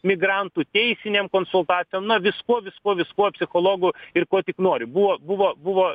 migrantų teisinėm konsultacijom na viskuo viskuo viskuo psichologu ir kuo tik nori buvo buvo buvo